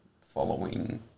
following